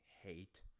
hate